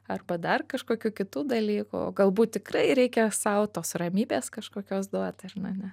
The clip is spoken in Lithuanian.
arba dar kažkokių kitų dalykų o galbūt tikrai reikia sau tos ramybės kažkokios duot ar ne ane